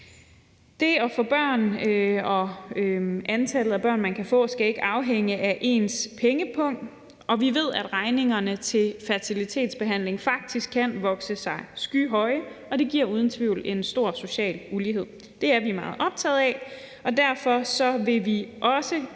Det at få børn og antallet af børn, man kan få, skal ikke afhænge af ens pengepung. Og vi ved, at regningerne til fertilitetsbehandling faktisk kan vokse sig skyhøje, og det giver uden tvivl en stor social ulighed. Det er vi meget optaget af, og derfor vil vi også